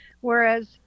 whereas